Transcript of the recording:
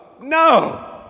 No